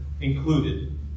included